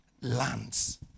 lands